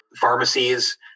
pharmacies